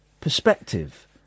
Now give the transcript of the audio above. perspective